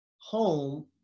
home